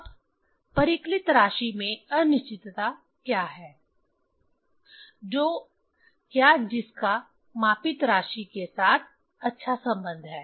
अब परिकलित राशि में अनिश्चितता क्या है जो या जिसका मापित राशि के साथ अच्छा संबंध है